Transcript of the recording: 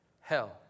Hell